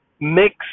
mix